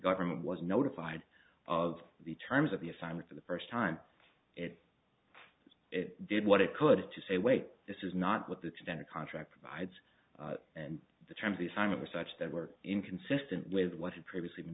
government was notified of the terms of the assignment for the first time it did what it could to say wait this is not what the standard contract provides and the terms this time it was such that were inconsistent with what had previously been